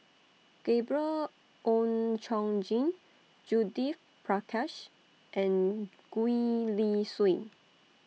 Gabriel Oon Chong Jin Judith Prakash and Gwee Li Sui